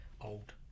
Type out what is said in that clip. old